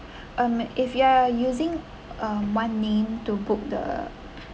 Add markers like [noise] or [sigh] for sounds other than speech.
[breath] um if you are using um one name to book the